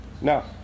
no